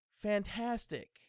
Fantastic